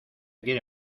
quiere